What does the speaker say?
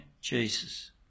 Jesus